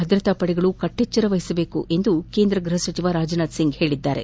ಭದ್ರತಾಪಡೆಗಳು ಕಟ್ಟೆಚ್ಚರವಹಿಸಬೇಕೆಂದು ಕೇಂದ್ರ ಗೃಹ ಸಚಿವ ರಾಜನಾಥ್ ಸಿಂಗ್ ಹೇಳಿದ್ದಾರೆ